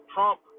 Trump